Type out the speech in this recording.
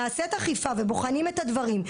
נעשית אכיפה ובוחנים את הדברים,